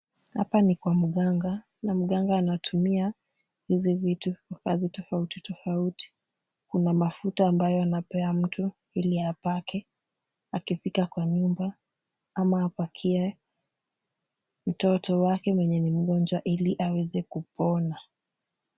Hapa ni kwa mganga na mganga anatumia hizi vitu kwa kazi tofauti tofauti. Kuna mafuta ambayo anapea mtu ili apake akifika kwa nyumba, ama apakie mtoto wake mwenye ni mgonjwa ili aweze kupona.